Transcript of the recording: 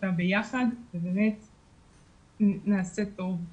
אותה ביחד ונעשה טוב.